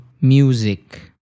music